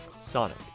Sonic